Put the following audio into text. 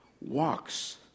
walks